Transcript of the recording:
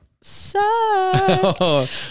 sucked